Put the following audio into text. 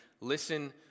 listen